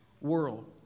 world